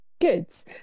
Goods